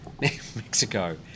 Mexico